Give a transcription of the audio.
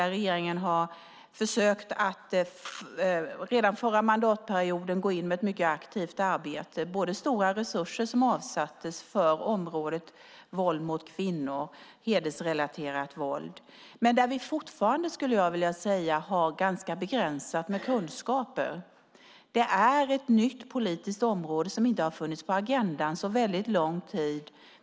Redan förra mandatperioden gick regeringen in med ett mycket aktivt arbete. Det avsattes stora resurser för området våld mot kvinnor, hedersrelaterat våld. Men fortfarande har vi ganska begränsade kunskaper. Det är ett nytt politiskt område som inte har funnits på agendan så väldigt lång tid.